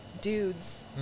dudes